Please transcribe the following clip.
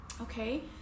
okay